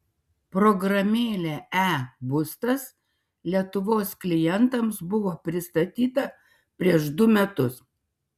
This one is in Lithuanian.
programėlė e būstas lietuvos klientams buvo pristatyta prieš du metus